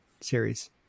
series